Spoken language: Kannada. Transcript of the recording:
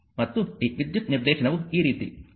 ಮತ್ತು ಈ ವಿದ್ಯುತ್ ನಿರ್ದೇಶನವು ಈ ರೀತಿ